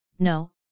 No